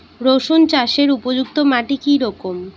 রুসুন চাষের উপযুক্ত মাটি কি রকম?